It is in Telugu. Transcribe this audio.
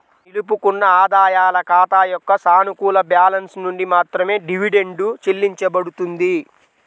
నిలుపుకున్న ఆదాయాల ఖాతా యొక్క సానుకూల బ్యాలెన్స్ నుండి మాత్రమే డివిడెండ్ చెల్లించబడుతుంది